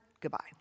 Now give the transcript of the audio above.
goodbye